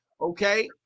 okay